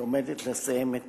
היא עומדת לסיים את